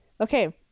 Okay